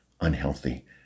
unhealthy